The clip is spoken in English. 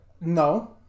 No